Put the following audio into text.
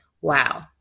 wow